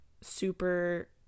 super